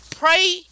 Pray